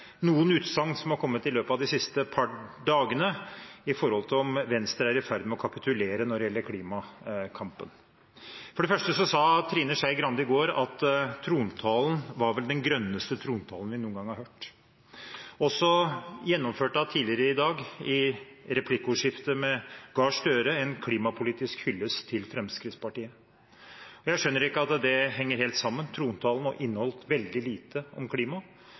noen utsagn som har kommet i løpet av de siste par dagene, med hensyn til om Venstre er i ferd med å kapitulere i klimakampen. For det første sa Trine Skei Grande i går at trontalen var vel den grønneste trontalen vi noen gang har hørt. Og så kom hun tidligere i dag, i replikkordskiftet med representanten Gahr Støre, med en klimapolitisk hyllest til Fremskrittspartiet. Jeg skjønner ikke at det henger helt sammen. Trontalen inneholdt veldig lite om klima,